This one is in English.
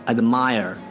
Admire